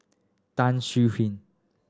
Tan Swie Hian